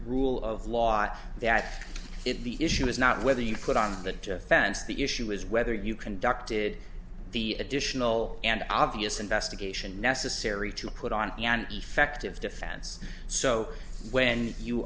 rule of law that if the issue is not whether you put on the defense the issue is whether you conducted the additional and obvious investigation necessary to put on an effective defense so when you